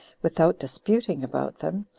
without disputing about them,